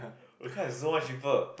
but Kaist is so much cheaper